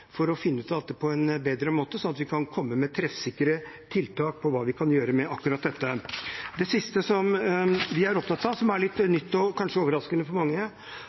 for å finne ut av dette på en bedre måte, slik at vi kan komme med treffsikre tiltak for å gjøre noe med akkurat dette. Det siste vi er opptatt av, som er litt nytt og kanskje overraskende for mange